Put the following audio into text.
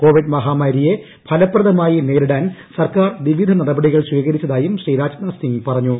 Covid മഹാമാരിയെ ഫലപ്രദമായി നേരിടാൻ സർക്കാർ വിവിധ നടപടികൾ സ്വീകരിച്ചതായും ശ്രീ രാജ്നാഥ് സിംഗ് പറഞ്ഞു